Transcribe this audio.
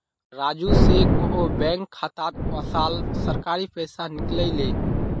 राजू स कोहो बैंक खातात वसाल सरकारी पैसा निकलई ले